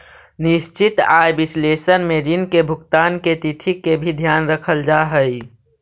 निश्चित आय विश्लेषण में ऋण के भुगतान के तिथि के भी ध्यान रखल जा हई